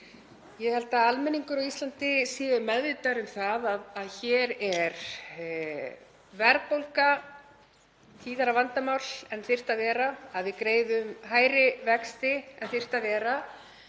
Ég held að almenningur á Íslandi sé meðvitaður um það að hér er verðbólga tíðara vandamál en þyrfti að vera, að við greiðum hærri vexti en þyrfti að vera.